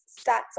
stats